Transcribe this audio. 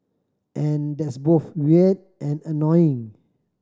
and that's both weird and annoying